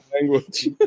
language